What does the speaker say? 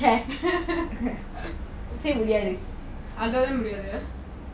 அதுனால தான் முடியாது:athunaala thaan mudiyathu